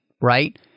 right